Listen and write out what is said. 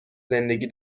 زندگی